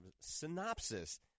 synopsis